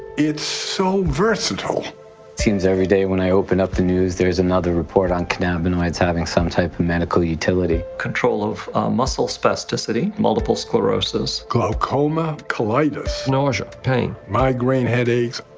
it's so versatile. it seems every day when i open up the news, there's another report on cannabinoids having some type of medical utility. control of muscle spasticity, multiple sclerosis, glaucoma, colitis. nausea, pain. migraine headaches.